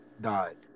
died